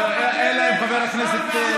אלא אם חבר הכנסת,